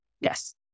Yes